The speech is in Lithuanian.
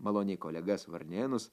maloniai kolegas varnėnus